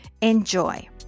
Enjoy